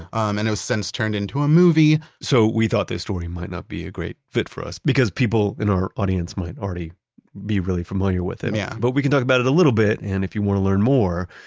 um and it was since turned into a movie so we thought the story might not be a great fit for us because people in our audience might already be really familiar with it yeah but we can talk about it a little bit and if you want to learn more,